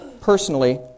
personally